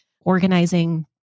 organizing